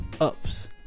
ups